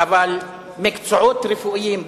אבל מקצועות רפואיים,